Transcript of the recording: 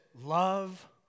love